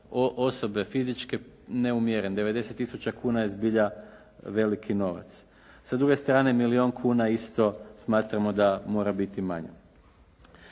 osobe fizičke neumjeren, 90 tisuća kuna je zbilja veliki novac. Sa druge strane milijon kuna isto smatramo da mora biti manje.